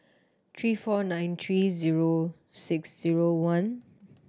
three four nine three zero six zero one